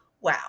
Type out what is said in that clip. wow